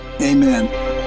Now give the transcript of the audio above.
Amen